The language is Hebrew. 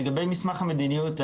לגבי מסמך המדיניות,